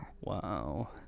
Wow